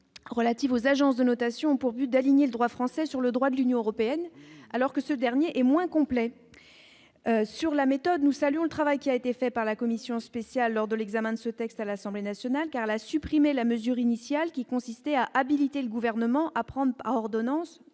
relatives aux agences de notation ont pour but d'aligner le droit français sur le droit de l'Union européenne, alors que ce dernier est moins complet sur la méthode, nous saluons le travail qui a été fait par la commission spéciale lors de l'examen de ce texte à l'Assemblée nationale, car la supprimer la mesure initiale, qui consistait à habiliter le gouvernement à prendre par ordonnance